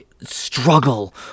struggle